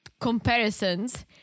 comparisons